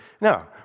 No